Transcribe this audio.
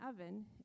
oven